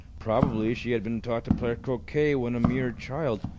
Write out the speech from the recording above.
probably she had been taught to play croquet when a mere child,